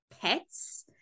pets